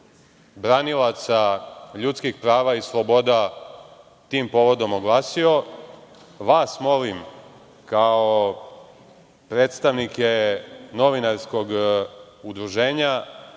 branilaca ljudskih prava i sloboda tim povodom oglasio. Vas molim, kao predstavnike novinarskog udruženja,